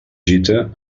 gita